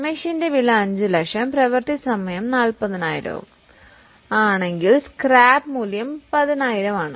മെഷീന്റെ വില 5 ലക്ഷവും പ്രവൃത്തി സമയം 40000 ഉം ആണെങ്കിൽ സ്ക്രാപ്പ് മൂല്യം 10000 ആണ്